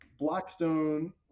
Blackstone